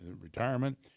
retirement